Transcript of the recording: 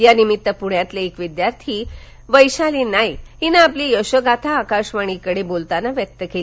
यानिमित्त पृण्यातील एक लाभार्थी वैशाली नाईक हिने आपली यशोगाथा आकाशवाणीकडे बोलताना व्यक्त केली